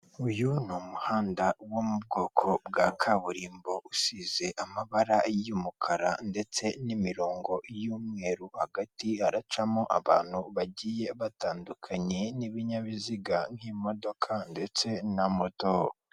Abagororwa bambaye imyenda ya oranje bavuye kubaka bamwe bafite ibitiyo abandi amasuka, amagorofane bari kuzamuka batashye bari ku murongo bari impande y'igipangu cyubakije amatafari ahiye asizemo amarangi y'umuhondo.